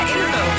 Info